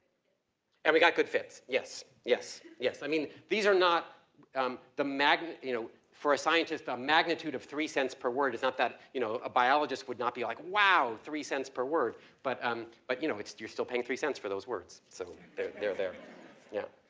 and we got good fits yes, yes, yes i mean these are not um the mag you know, for a scientist a magnitude of three cents per word is not that you know a biologist would not be like wow three cents per word but um but you know you're still paying three cents for those words so they're there yeah.